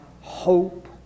hope